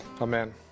Amen